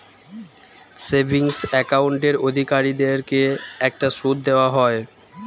savings অ্যাকাউন্টের অধিকারীদেরকে একটা সুদ দেওয়া হয়